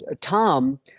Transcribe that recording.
Tom